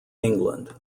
england